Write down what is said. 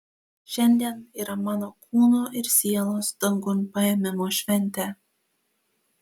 šiandien yra mano kūno ir sielos dangun paėmimo šventė